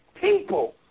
people